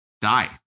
die